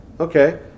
Okay